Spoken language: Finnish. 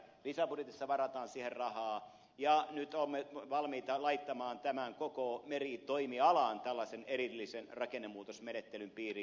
lisäbudjetissa varataan siihen rahaa ja nyt olemme valmiita laittamaan tämän koko meritoimialan tällaisen erillisen rakennemuutosmenettelyn piiriin